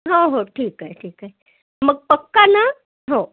हो हो ठीक आहे ठीक आहे मग पक्का ना हो